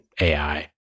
AI